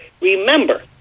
remember